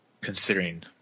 considering